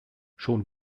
schon